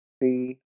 three